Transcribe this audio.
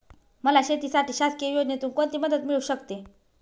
मला शेतीसाठी शासकीय योजनेतून कोणतीमदत मिळू शकते?